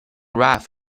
ralph